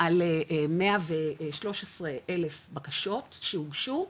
על 113,000 בקשות שהוגשו,